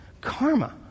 Karma